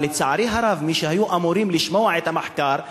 אבל לצערי הרב מי שהיו אמורים לשמוע את המחקר,